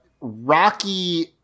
Rocky